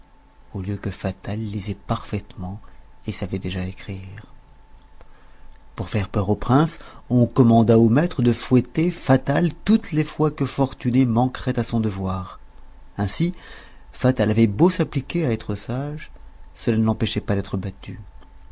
au lieu que fatal lisait parfaitement et savait déjà écrire pour faire peur au prince on commanda au maître de fouetter fatal toutes les fois que fortuné manquerait à son devoir ainsi fatal avait beau s'appliquer à être sage cela ne l'empêchait pas d'être battu